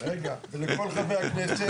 ולכל חברי הכנסת.